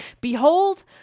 Behold